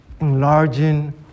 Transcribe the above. enlarging